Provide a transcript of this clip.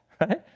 right